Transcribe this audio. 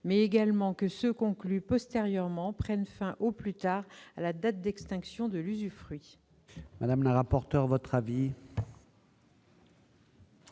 mais également que ceux qui ont été conclus postérieurement prennent fin au plus tard à la date d'extinction de l'usufruit.